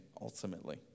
ultimately